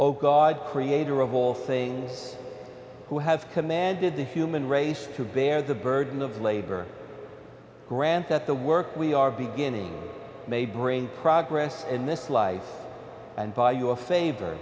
oh god creator of all things who have commanded the human race to bear the burden of labor grant that the work we are beginning may bring progress in this life and by your favor